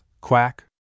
Quack